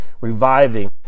reviving